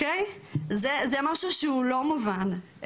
זה משהו שהוא לא מובן.